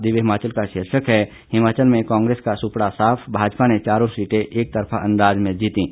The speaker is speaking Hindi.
दिव्य हिमाचल का शीर्षक है हिमाचल में कांग्रेस का सूपड़ा साफ भाजपा ने चारों सीटें एकतरफा अंदाज में जीतीं